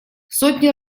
сотни